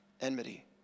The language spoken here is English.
enmity